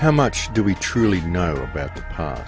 how much do we truly know